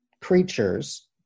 creatures